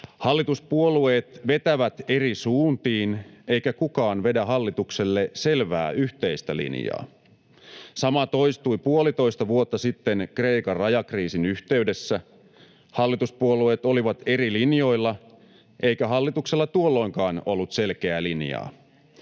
Hallituspuolueet vetävät eri suuntiin, eikä kukaan vedä hallitukselle selvää yhteistä linjaa. Sama toistui puolitoista vuotta sitten Kreikan rajakriisin yhteydessä. Hallituspuolueet olivat eri linjoilla, eikä hallituksella tuolloinkaan ollut selkeää linjaa.